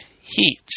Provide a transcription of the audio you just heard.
heat